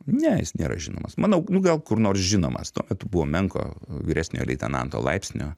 ne jis nėra žinomas manau nu gal kur nors žinomas tuo metu buvo menko vyresniojo leitenanto laipsnio